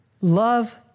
Love